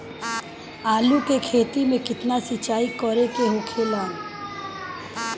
आलू के खेती में केतना सिंचाई करे के होखेला?